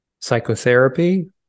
psychotherapy